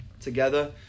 together